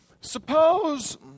Suppose